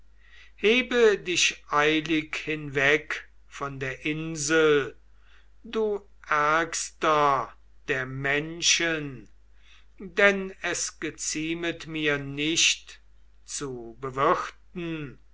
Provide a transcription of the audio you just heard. hebe dich eilig hinweg von der insel du ärgster der menschen denn es geziemet mir nicht zu bewirten